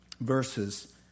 verses